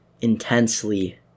intensely